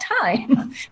time